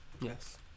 Yes